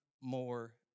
more